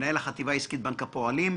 מנהל החטיבה העסקית בבנק הפועלים,